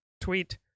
tweet